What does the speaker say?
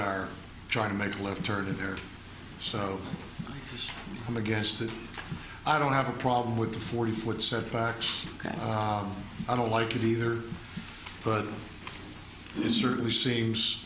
are trying to make a left turn in there so i'm against it i don't have a problem with the forty foot setbacks and i don't like it either but it certainly seems